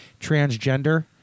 transgender